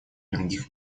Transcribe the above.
других